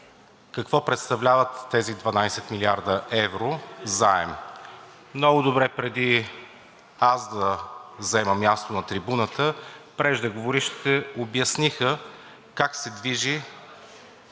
какво представляват тези 12 млрд. евро заем. Много добре, преди аз да заема място на трибуната, преждеговорившите обясниха как се движи